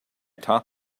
taught